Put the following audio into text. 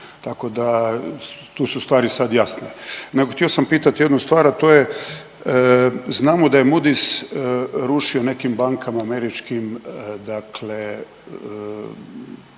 Tako da tu su stvari sad jasno. Nego htio sam pitati jednu stvar, a to je znamo da je Mudis rušio nekim bankama američkim dakle